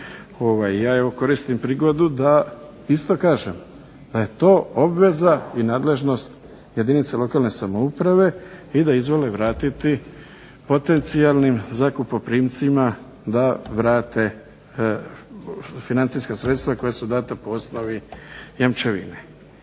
evo koristim prigodu da isto kažem da je to obveza i nadležnost jedinice lokalne samouprave i da izvole vratiti potencijalnim zakupoprimcima da vrate financijska sredstva koja su dana po osnovi jamčevine.